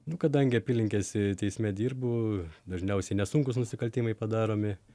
nu kadangi apylinkės teisme dirbu dažniausiai nesunkūs nusikaltimai padaromi